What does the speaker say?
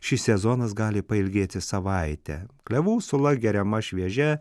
šis sezonas gali pailgėti savaitę klevų sula geriama šviežia